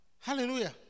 Hallelujah